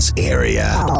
area